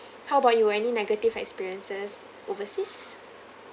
how about you any negative experiences overseas